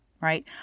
right